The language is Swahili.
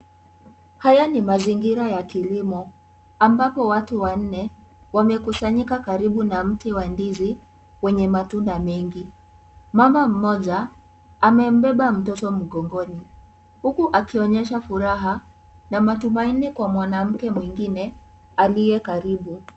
Haya ni mazingira ya kilimo ambapo watu wanne wamekusanyika karibu na mti wa ndizi wenye matunda mengi. Mama mmoja, amembeba mtoto mgongoni huku akionyesha furaha na matumaini kwa mwanamke mwingine aliye karibu.